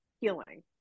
healing